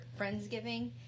Friendsgiving